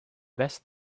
best